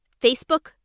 Facebook